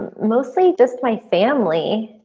mostly just my family.